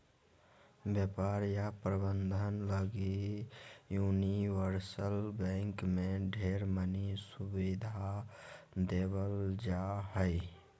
व्यापार या प्रबन्धन लगी यूनिवर्सल बैंक मे ढेर मनी सुविधा देवल जा हय